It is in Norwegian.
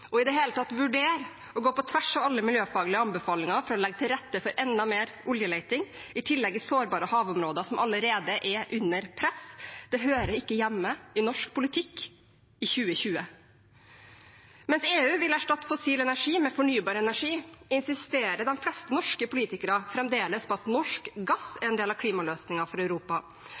i det hele tatt vurdere å gå på tvers av alle miljøfaglige anbefalinger for å legge til rette for enda mer oljeleting – i tillegg i sårbare havområder som allerede er under press – hører ikke hjemme i norsk politikk i 2020. Mens EU vil erstatte fossil energi med fornybar energi, insisterer de fleste norske politikere fremdeles på at norsk gass er en del av klimaløsningen for Europa.